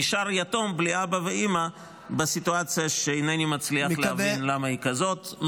נשאר יתום בלי אבא ואימא בסיטואציה שאינני מצליח להבין למה היא כזאת.